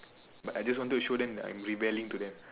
but I just wanted to show them that I'm rebelling to them